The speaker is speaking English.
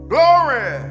Glory